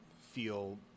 feel